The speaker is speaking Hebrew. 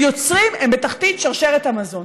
היוצרים הם בתחתית שרשרת המזון.